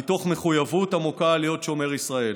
מתוך מחויבות עמוקה להיות שומר ישראל,